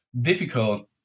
difficult